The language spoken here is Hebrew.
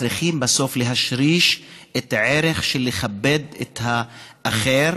צריכים בסוף להשריש את הערך של לכבד את האחר,